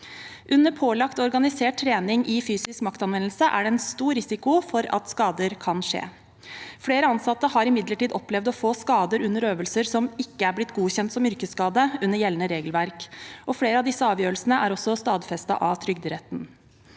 Under pålagt organisert trening i fysisk maktanvendelse er det en stor risiko for at skader kan skje. Flere ansatte har imidlertid opplevd å få skader under øvelser som ikke er blitt godkjent som yrkesskade under gjeldende regelverk, og flere av disse avgjørelsene er også stadfestet av Trygderetten.